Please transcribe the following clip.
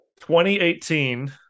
2018